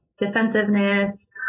defensiveness